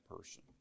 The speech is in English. person